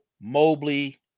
Mobley